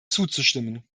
zuzustimmen